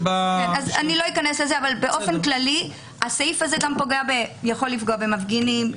אני לא אכנס לזה אבל באופן כללי הסעיף הזה יכול לפגוע במפגינים,